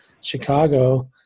Chicago